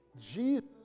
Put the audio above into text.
Jesus